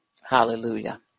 Hallelujah